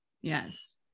Yes